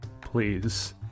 Please